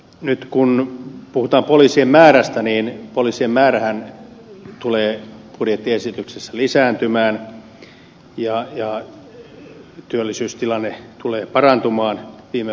nyt kun puhutaan poliisien määrästä niin poliisien määrähän tulee budjettiesityksessä lisääntymään ja työllisyystilanne tulee parantumaan viime vuoden tavoin